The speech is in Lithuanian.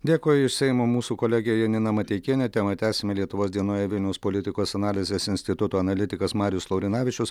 dėkoju iš seimo mūsų kolegė janina mateikienė temą tęsime lietuvos dienoje vilniaus politikos analizės instituto analitikas marius laurinavičius